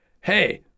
hey